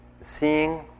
Seeing